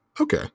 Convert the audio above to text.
Okay